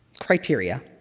criteria